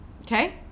Okay